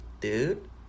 dude